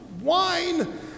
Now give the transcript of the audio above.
wine